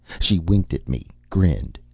she winked at me, grinned,